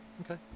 Okay